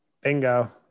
bingo